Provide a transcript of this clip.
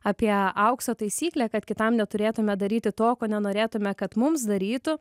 apie aukso taisyklę kad kitam neturėtume daryti to ko nenorėtume kad mums darytų